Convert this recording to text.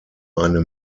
eine